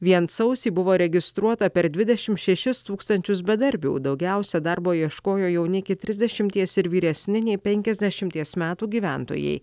vien sausį buvo registruota per dvidešimt šešis tūkstančius bedarbių daugiausia darbo ieškojo jauni iki trisdešimties ir vyresni nei penkiasdešimties metų gyventojai